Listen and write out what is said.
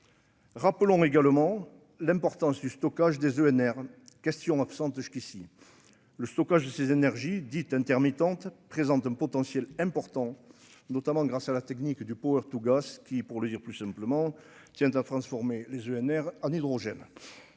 Rappelons également l'importance du stockage des ENR question absente jusqu'ici, le stockage de ces énergies dites intermittente présente un potentiel important, notamment grâce à la technique du power to Go qui, pour le dire plus simplement tient à transformer les ENR en hydrogène.